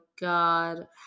God